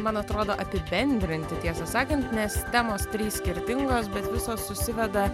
man atrodo apibendrinti tiesą sakant nes temos trys skirtingos bet visos susiveda